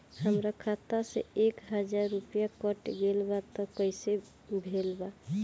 हमार खाता से एक हजार रुपया कट गेल बा त कइसे भेल बा?